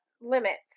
limits